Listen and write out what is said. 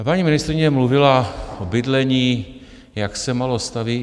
Paní ministryně mluvila o bydlení, jak se málo staví.